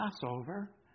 Passover